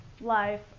life